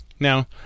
Now